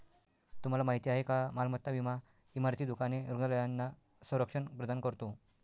तुम्हाला माहिती आहे का मालमत्ता विमा इमारती, दुकाने, रुग्णालयांना संरक्षण प्रदान करतो